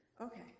okay